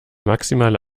maximale